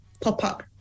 pop-up